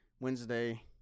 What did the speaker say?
Wednesday